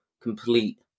complete